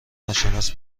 ناشناس